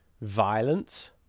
violence